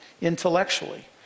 intellectually